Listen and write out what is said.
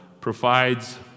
provides